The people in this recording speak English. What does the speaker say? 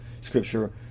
Scripture